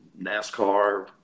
NASCAR